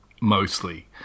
mostly